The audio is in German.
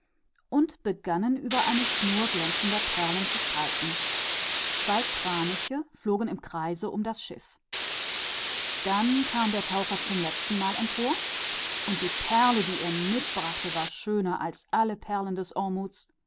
und fingen an sich um eine schnur glänzender perlen zu streiten zwei kraniche kreisten beständig um das schiff da kam der taucher zum letzten male herauf und die perle die er mitbrachte war schöner als all die perlen des ormuzd